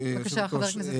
בבקשה, חבר הכנסת אזולאי.